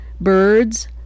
birds